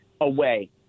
away